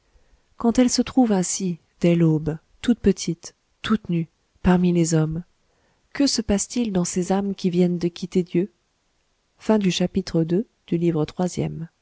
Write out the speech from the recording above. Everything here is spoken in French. quand elles se trouvent ainsi dès l'aube toutes petites toutes nues parmi les hommes que se passe-t-il dans ces âmes qui viennent de quitter dieu chapitre iii